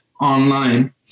online